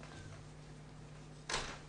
גם ביסודי של כיתות ו',